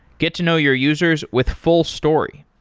get to know your users with fullstory.